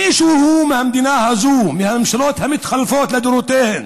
מישהו מהמדינה הזו, מהממשלות המתחלפות לדורותיהן,